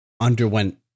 underwent